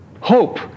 Hope